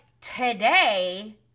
today